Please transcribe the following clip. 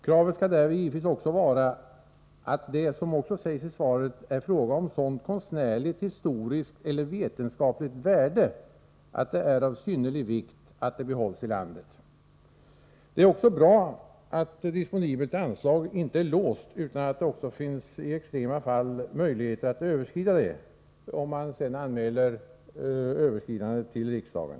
Kravet skall därvid givetvis vara att det, såsom det sägs i svaret, är fråga om kulturföremål med ett sådant konstnärligt, historiskt eller vetenskapligt värde att det är av synnerlig vikt att de behålls inom landet. Det är också bra att disponibelt anslag inte är låst, utan att det finns möjlighet att överskrida det i extrema fall, varvid detta skall anmälas till riksdagen.